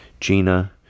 Gina